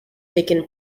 taken